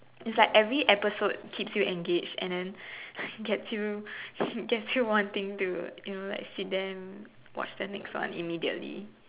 it's like every episode keeps you engaged and then gets you gets you wanting you know like sit then watch the next one immediately